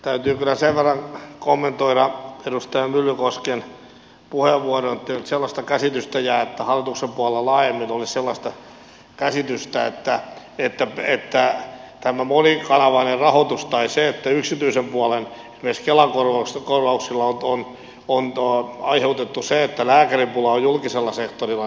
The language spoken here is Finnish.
täytyy kyllä sen verran kommentoida edustaja myllykosken puheenvuoroa ettei nyt sellaista käsitystä jää että hallituksen puolella laajemmin olisi sellaista käsitystä että tällä monikanavaisella rahoituksella tai esimerkiksi yksityisen puolen kela korvauksilla on aiheutettu se että lääkäripula on julkisella sektorilla